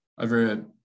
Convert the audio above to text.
over